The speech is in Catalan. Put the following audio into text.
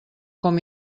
com